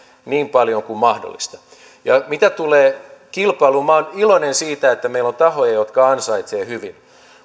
niin paljon kuin mahdollista ja mitä tulee kilpailuun minä olen iloinen siitä että meillä on tahoja jotka ansaitsevat hyvin